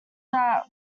that